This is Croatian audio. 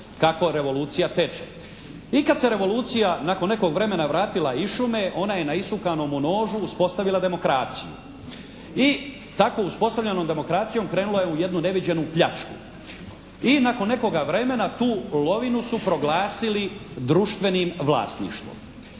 kako revolucija teče. I kad se revolucija nakon nekog vremena vratila iz šume ona je na isukanomu nožu uspostavila demokraciju i tako uspostavljenom demokracijom krenula je u jednu neviđenu pljačku i nakon nekoga vremena tu lovinu su proglasili društvenim vlasništvom.